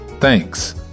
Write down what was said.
Thanks